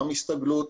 הסתגלות,